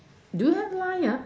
do you have line ah